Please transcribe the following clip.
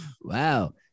Wow